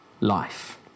life